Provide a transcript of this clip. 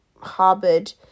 harbored